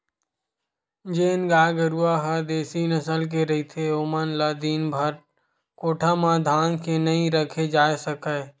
जेन गाय गरूवा ह देसी नसल के रहिथे ओमन ल दिनभर कोठा म धांध के नइ राखे जा सकय